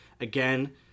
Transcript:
Again